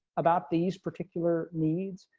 about these particular needs.